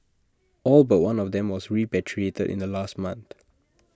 all but one of them were repatriated in last month